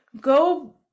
go